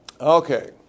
Okay